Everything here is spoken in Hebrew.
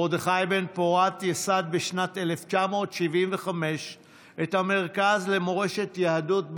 מרדכי בן-פורת יסד בשנת 1975 את המרכז למורשת יהדות בבל,